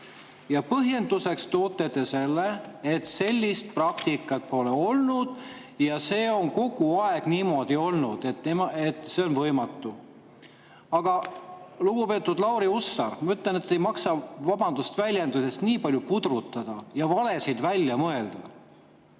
Põhjenduseks toote te selle, et sellist praktikat pole olnud ja see on kogu aeg niimoodi olnud, et see on võimatu. Aga, lugupeetud Lauri Hussar, ma ütlen, et ei maksa, vabandust väljenduse eest, nii palju pudrutada ja valesid välja mõelda.